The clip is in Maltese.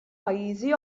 pajjiżi